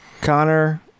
Connor